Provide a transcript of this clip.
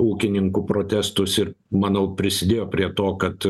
ūkininkų protestus ir manau prisidėjo prie to kad